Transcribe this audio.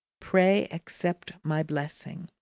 pray accept my blessing.